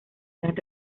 eran